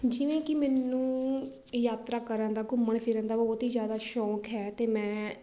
ਜਿਵੇਂ ਕਿ ਮੈਨੂੰ ਯਾਤਰਾ ਕਰਨ ਦਾ ਘੁੰਮਣ ਫਿਰਨ ਦਾ ਬਹੁਤ ਹੀ ਜ਼ਿਆਦਾ ਸ਼ੌਕ ਹੈ ਅਤੇ ਮੈਂ